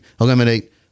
eliminate